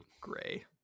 gray